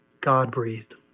God-breathed